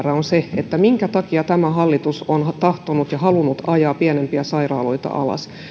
on se minkä takia tämä hallitus on tahtonut ja halunnut ajaa pienempiä sairaaloita alas